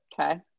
Okay